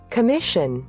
Commission